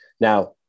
Now